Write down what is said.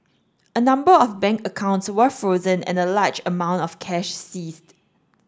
a number of bank accounts were frozen and a large amount of cash seized